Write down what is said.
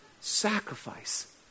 sacrifice